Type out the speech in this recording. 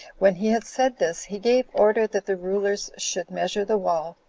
when he had said this, he gave order that the rulers should measure the wall,